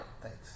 thanks